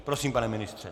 Prosím, pane ministře.